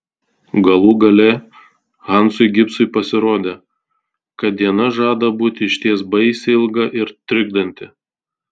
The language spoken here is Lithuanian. galų gale hansui gibsui pasirodė kad diena žada būti išties baisiai ilga ir trikdanti